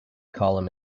column